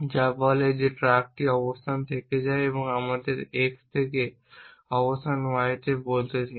যা বলে যে ট্রাকটি অবস্থান থেকে যায় আমাদের x থেকে অবস্থান y বলতে দিন